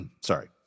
Sorry